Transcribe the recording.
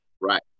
Right